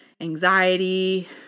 anxiety